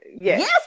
yes